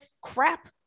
crap